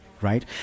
right